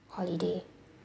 holiday